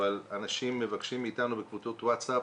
אבל אנשים מבקשים מאתנו בקבוצות וואטסאפ